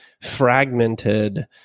fragmented